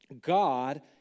God